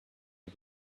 had